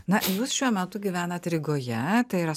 na jūs šiuo metu gyvenat rygoje tai yra